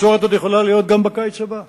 בצורת עוד יכולה להיות גם בקיץ הבא,